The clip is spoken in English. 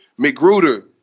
McGruder